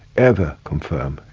ever confirm,